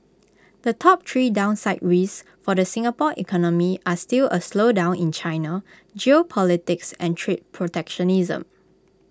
the top three downside risks for the Singapore economy are still A slowdown in China geopolitics and trade protectionism